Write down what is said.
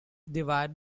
divided